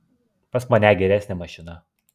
pas mane geresnė mašina